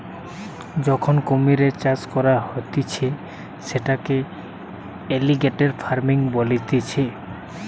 যখন কুমিরের চাষ করা হতিছে সেটাকে এলিগেটের ফার্মিং বলতিছে